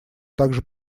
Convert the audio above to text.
также